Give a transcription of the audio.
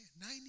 nine